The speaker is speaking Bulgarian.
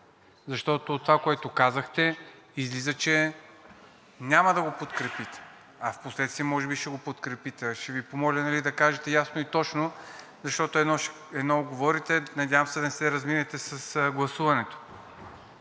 Защото от това, което казахте, излиза, че няма да го подкрепите. А в последствие може би ще го подкрепите. Ще Ви помоля да кажете ясно и точно, защото едно говорите, надявам се, да не се разминете с гласуването.